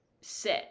sit